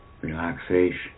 relaxation